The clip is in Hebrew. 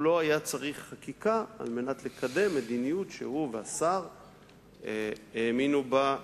הוא לא היה צריך חקיקה כדי לקדם מדיניות שהוא והשר האמינו בה,